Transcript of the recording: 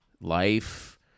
life